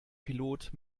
pilot